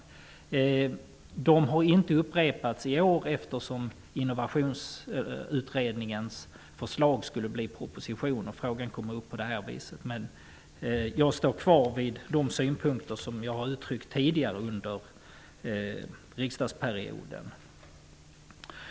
Dessa motioner har inte uppprepats i år, eftersom Innovationsutredningens förslag skulle ligga till grund för en proposition. Men jag står fast vid de synpunkter som jag tidigare har uttryckt under mandatperioden.